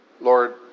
Lord